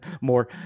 more